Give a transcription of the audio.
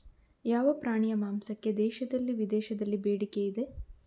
ಯಾವ ಪ್ರಾಣಿಯ ಮಾಂಸಕ್ಕೆ ದೇಶದಲ್ಲಿ ವಿದೇಶದಲ್ಲಿ ಬೇಡಿಕೆ ಇದೆ?